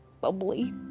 Bubbly